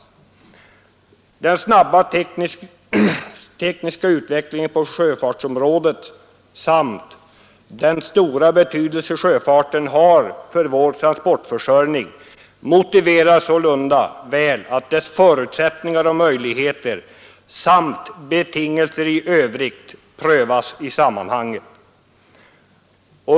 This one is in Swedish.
Den snabba tekniska utvecklingen på sjöfartsområdet samt den stora betydelse sjöfarten har för vår transportförsörjning motiverar sålunda väl att dess förutsättningar och möjligheter samt betingelser i övrigt prövas i sammanhanget.